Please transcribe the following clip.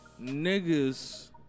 niggas